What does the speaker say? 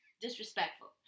disrespectful